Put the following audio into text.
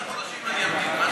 שלושה חודשים אמתין.